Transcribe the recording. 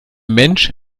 mensch